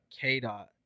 K-Dot